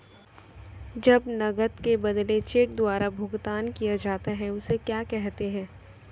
जब नकद के बदले चेक द्वारा भुगतान किया जाता हैं उसे क्या कहते है?